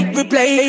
replay